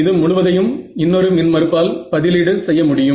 இது முழுவதையும் இன்னொரு மின் மறுப்பால் பதிலீடு செய்ய முடியும்